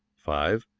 five.